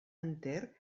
enter